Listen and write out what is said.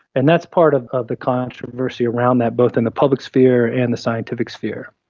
and that's part of ah the controversy around that, both in the public sphere and the scientific sphere.